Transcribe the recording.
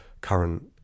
current